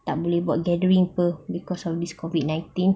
tak boleh buat gathering [pe] because of this COVID nineteen